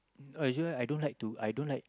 oh usually I don't like to I don't like